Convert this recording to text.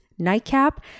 nightcap